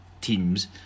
teams